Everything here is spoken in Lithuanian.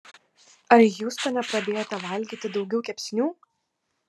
ar hjustone pradėjote valgyti daugiau kepsnių